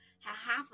half